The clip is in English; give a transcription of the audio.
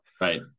Right